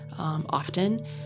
Often